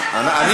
חיליק, יאללה.